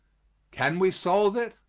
can we solve it?